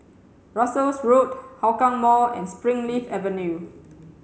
Russels Road Hougang Mall and Springleaf Avenue